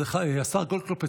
השר גולדקנופ,